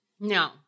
No